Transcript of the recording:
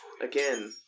Again